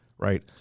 right